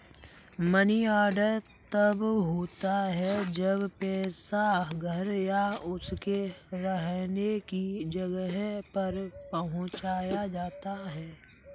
money order तब होता है जब पैसा घर या उसके रहने की जगह पर पहुंचाया जाता है